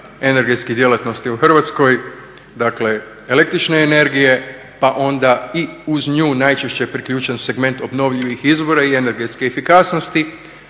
energetske djelatnosti u Hrvatskoj, dakle el.energije, pa onda i uz nju najčešće priključen segment obnovljivih izvora i energetske efikasnosti,